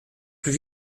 plus